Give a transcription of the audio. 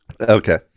Okay